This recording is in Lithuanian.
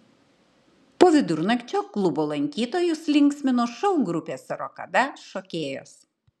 po vidurnakčio klubo lankytojus linksmino šou grupės rokada šokėjos